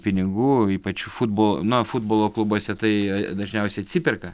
pinigų ypač futbolo na futbolo klubuose tai dažniausiai atsiperka